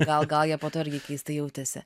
gal gal jie po to irgi keistai jautėsi